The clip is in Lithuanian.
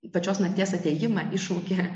pačios nakties atėjimą iššaukė